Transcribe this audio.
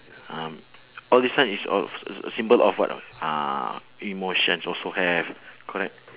um all this one is all a a symbol of what know uh emotions also have correct